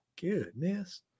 goodness